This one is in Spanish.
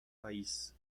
país